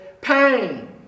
pain